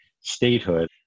statehood